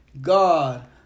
God